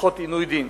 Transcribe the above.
פחות עינוי דין.